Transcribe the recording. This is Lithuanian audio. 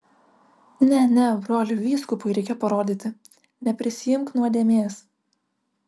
ne ne broli vyskupui reikia parodyti neprisiimk nuodėmės